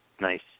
Nice